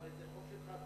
הרי זה חוק שלך,